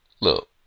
look